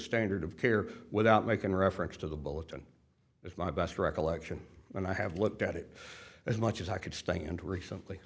standard of care without making reference to the bulletin as my best recollection and i have looked at it as much as i could stand to recently